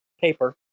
paper